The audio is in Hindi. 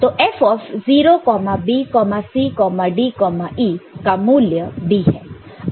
तो F0 B C D E का मूल्य B है